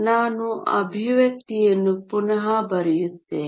ನಾನು ಎಕ್ಸ್ಪ್ರೆಶನ್ ಅನ್ನು ಪುನಃ ಬರೆಯುತ್ತೇನೆ